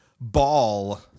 ball